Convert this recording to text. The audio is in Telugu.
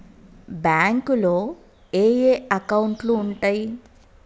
బ్యాంకులో ఏయే అకౌంట్లు ఉంటయ్?